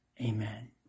Amen